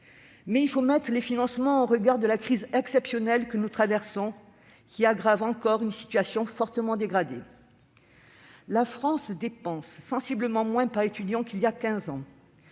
Mais il faut mettre les financements en regard de la crise exceptionnelle que nous traversons, qui aggrave encore une situation fortement dégradée. La France dépense sensiblement moins par étudiant qu'il y a quinze